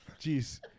Jeez